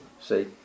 See